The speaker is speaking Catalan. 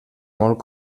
molt